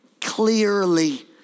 clearly